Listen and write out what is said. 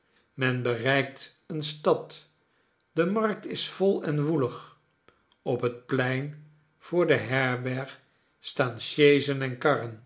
men bereikt eene stad de markt is vol en woelig op het plein voor de herberg staan sjeezen en karren